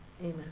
Amen